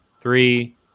Three